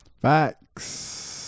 Facts